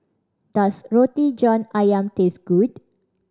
does Roti John Ayam taste good